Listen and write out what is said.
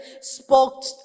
spoke